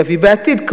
ויביא בעתיד,